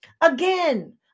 Again